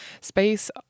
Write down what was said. space